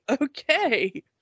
Okay